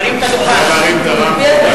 תגביה קצת את הדוכן, אז ישמעו.